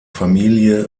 familie